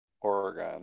Oregon